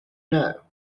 know